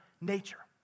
nature